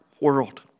world